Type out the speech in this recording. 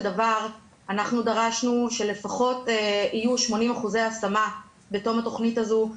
דרשנו שלפחות יהיו 80% השמה בתום התכנית הזאת.